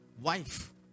wife